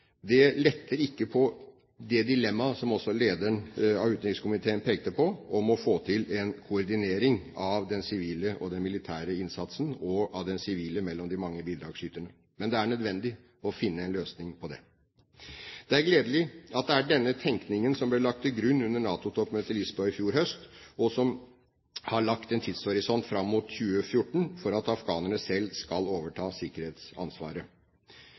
Det letter ikke på det dilemmaet som også lederen av utenrikskomiteen pekte på, om å få til en koordinering av den sivile og den militære innsatsen og av den sivile mellom de mange bidragsyterne. Men det er nødvendig å finne en løsning på det. Det er gledelig at det er denne tenkningen som ble lagt til grunn under NATO-toppmøtet i Lisboa i fjor høst, og som har lagt en tidshorisont fram til 2014 for at afghanerne selv skal overta sikkerhetsansvaret.